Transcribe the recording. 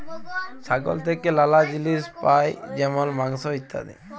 ছাগল থেক্যে লালা জিলিস পাই যেমল মাংস, ইত্যাদি